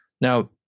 Now